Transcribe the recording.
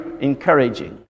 encouraging